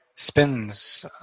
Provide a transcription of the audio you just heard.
spins